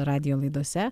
radijo laidose